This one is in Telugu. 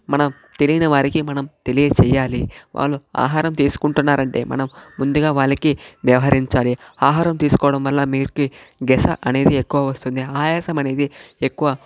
మనం తెలియని వారికి మనం తెలియజేయాలి వాళ్ళు ఆహారం తీసుకుంటున్నారంటే మనం ముందుగా వాళ్ళకి వ్యవహరించాలి ఆహారం తీసుకోవడం వల్ల మీకి గస అనేది ఎక్కువ వస్తుంది ఆయాసం అనేది ఎక్కువ